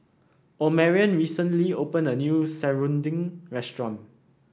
Omarion recently opened a new serunding restaurant